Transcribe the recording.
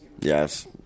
Yes